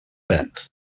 bent